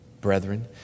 Brethren